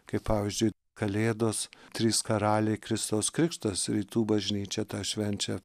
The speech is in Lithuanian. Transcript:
kaip pavyzdžiui kalėdos trys karaliai kristaus krikštas rytų bažnyčia švenčia